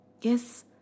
Yes